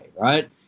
right